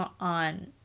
on